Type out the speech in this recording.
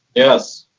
yes.